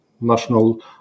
national